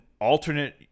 alternate